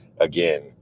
again